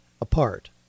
apart